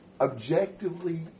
objectively